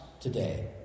today